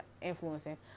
influencing